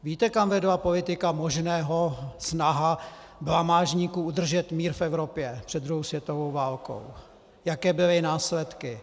Víte, kam vedla politika možného, snaha blamážníků udržet mír v Evropě před druhou světovou válkou, jaké byly následky.